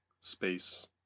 space